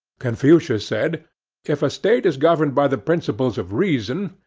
confucius said if a state is governed by the principles of reason,